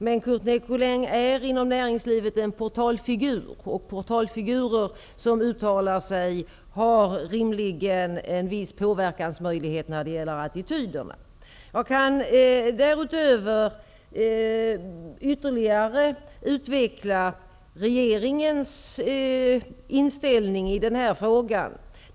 Men Curt Nicolin är inom näringslivet en portalfigur, och portalfigurer som uttalar sig har rimligen en viss påverkansmöjlighet när det gäller attityder. Jag kan därutöver ytterligare utveckla regeringens inställning i den här frågan.